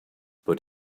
but